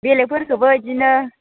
बेलेगफोरखौबो बिदिनो